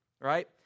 right